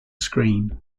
screen